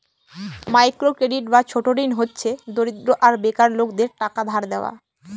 micro credit বা ছোট ঋণ হচ্ছে দরিদ্র আর বেকার লোকেদের টাকা ধার দেওয়া